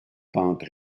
pente